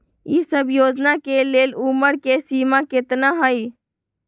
ई सब योजना के लेल उमर के सीमा केतना हई?